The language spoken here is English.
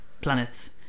planets